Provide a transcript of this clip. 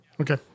Okay